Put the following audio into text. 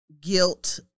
guilt